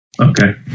Okay